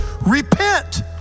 Repent